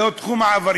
והוא תחום העבריינות,